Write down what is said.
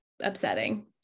upsetting